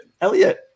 Elliot